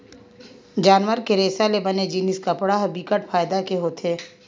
जानवर के रेसा ले बने जिनिस कपड़ा ह बिकट फायदा के होथे